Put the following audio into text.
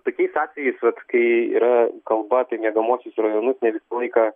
tokiais atvejais vat kai yra kalba apie miegamuosius rajonus ne visą laiką